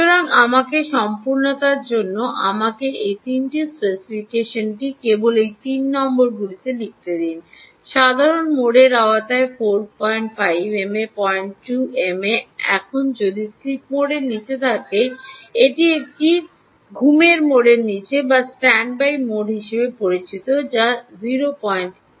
সুতরাং আমাকে সম্পূর্ণতার জন্য আমাকে এই 3 টি স্পেসিফিকেশনটি কেবল এই 3 নম্বরগুলি লিখতে দিন সাধারণ মোডের আওতায় 45 এমএ 02 এমএ যখন এটি স্লিপ মোডের নীচে থাকে এটি একটি ঘুমের মোডের নীচে এবং স্ট্যান্ডবাই মোড হিসাবে পরিচিত যা 08 এমএ